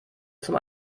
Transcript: zum